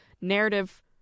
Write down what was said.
narrative